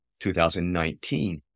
2019